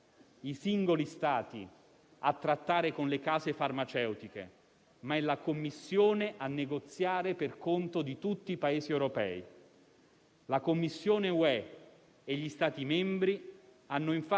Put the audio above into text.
La Commissione europea e gli Stati membri hanno infatti sottoscritto un accordo in base al quale i negoziati con le aziende produttrici sono stati affidati in esclusiva alla stessa Commissione,